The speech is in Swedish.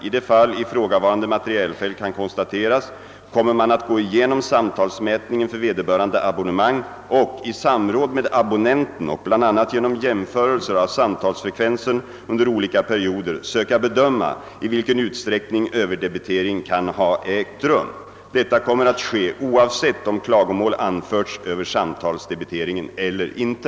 1 de fall ifrågavarande materielfel kan konstateras kommer man att gå igenom samtalsmätningen för vederbörande abonnemang och — i samråd med abonnenten och bl.a. genom jämförelser av samtalsfrekvensen under olika perioder — söka bedöma i vilken utsträckning överdebitering kan ha ägt rum. Detta kommer att ske oavsett om klagomål anförts över samtalsdebiteringen eller inte.